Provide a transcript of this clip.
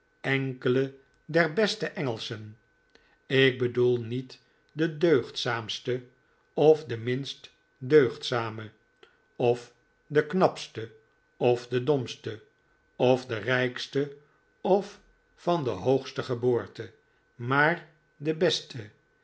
enkele der beste engelschen ik bedoel niet de deugdzaamste of de minst deugdzame of de knapste of de domste of de rijkste of van de hoogste geboorte maar de beste